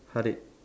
Harid